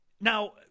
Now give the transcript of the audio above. Now